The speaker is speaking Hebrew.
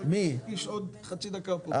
חבר הכנסת קיש עוד חצי דקה פה.